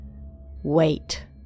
Wait